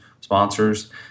sponsors